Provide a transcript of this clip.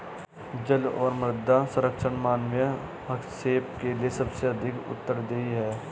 जल और मृदा संरक्षण मानवीय हस्तक्षेप के लिए सबसे अधिक उत्तरदायी हैं